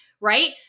right